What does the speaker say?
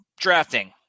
drafting